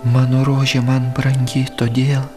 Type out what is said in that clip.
mano rožė man brangi todėl